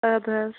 اَدٕ حظ